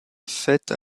faites